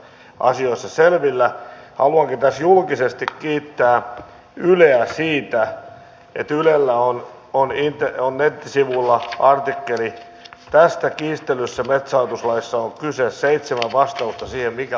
haluankin tässä julkisesti kiittää yleä siitä että ylellä on nettisivuilla artikkeli tästä kiistellyssä metsähallituslaissa on kyse seitsemän vastausta siihen mikä muuttuisi